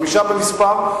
חמישה במספר.